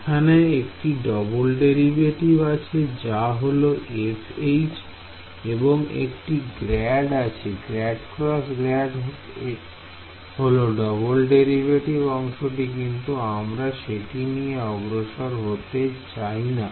এখানে একটি double derivative আছে যা হলো এবং একটি ∇ আছে ∇×∇ হল ডবল ডেরিভেটিভ অংশটি কিন্তু আমরা সেটি নিয়ে অগ্রসর হতে চাই না